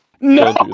No